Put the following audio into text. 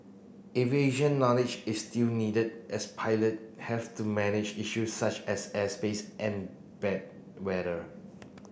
aviation knowledge is still needed as pilot have to manage issues such as airspace and bad weather